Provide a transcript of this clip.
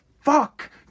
fuck